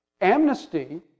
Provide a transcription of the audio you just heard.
Amnesty